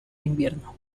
invierno